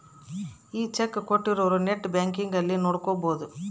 ಈ ಚೆಕ್ ಕೋಟ್ಟಿರೊರು net banking ಅಲ್ಲಿ ನೋಡ್ಕೊಬೊದು